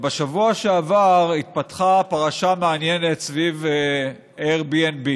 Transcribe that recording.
בשבוע שעבר התפתחה פרשה מעניינת סביב Airbnb,